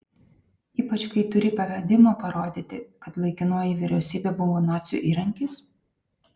ypač kai turi pavedimą parodyti kad laikinoji vyriausybė buvo nacių įrankis